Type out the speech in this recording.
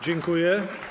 Dziękuję.